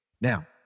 Now